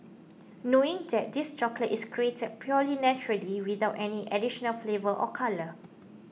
knowing that this chocolate is created purely naturally without any additional flavour or colour